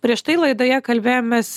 prieš tai laidoje kalbėjomės